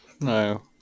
No